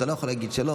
אתה לא יכול להגיד שלא.